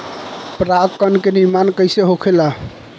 पराग कण क निर्माण कइसे होखेला?